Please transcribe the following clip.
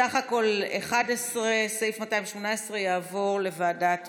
בסך הכול 11. סעיף 218, יעבור לוועדת החוקה.